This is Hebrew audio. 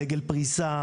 דגל פריסה,